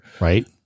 Right